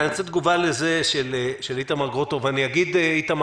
אני רוצה תגובה לדברים שאמר איתמר גרוטו ואיתמר,